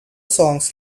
songs